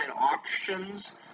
auctions